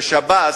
שב"ס,